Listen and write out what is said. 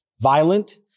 violent